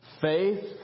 Faith